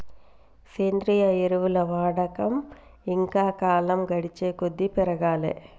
సేంద్రియ ఎరువుల వాడకం ఇంకా కాలం గడిచేకొద్దీ పెరగాలే